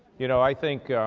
you know i think,